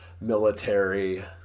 military